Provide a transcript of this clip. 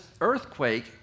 earthquake